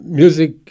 music